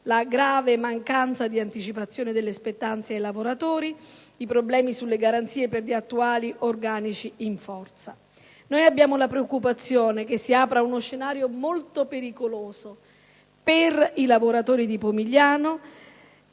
le gravi mancanze di anticipazione delle spettanze ai lavoratori e i problemi sulle garanzie per gli attuali organici in forza. Abbiamo la preoccupazione che si apra uno scenario molto pericoloso per i lavoratori di Pomigliano,